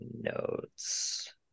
notes